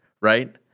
right